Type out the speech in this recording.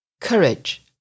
Courage